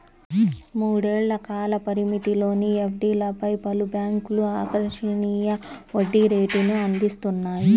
మూడేళ్ల కాల పరిమితిలోని ఎఫ్డీలపై పలు బ్యాంక్లు ఆకర్షణీయ వడ్డీ రేటును అందిస్తున్నాయి